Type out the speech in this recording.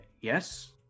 yes